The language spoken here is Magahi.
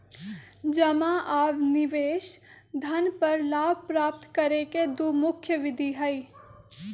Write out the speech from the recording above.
जमा आ निवेश धन पर लाभ प्राप्त करे के दु मुख्य विधि हइ